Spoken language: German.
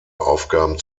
aufgaben